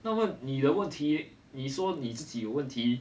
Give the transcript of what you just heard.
那么你的问题你说你自己有问题